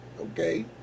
okay